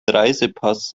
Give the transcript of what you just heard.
reisepass